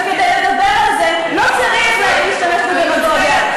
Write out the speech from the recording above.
וכדי לדבר על זה לא צריך להשתמש בדמגוגיה,